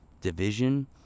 division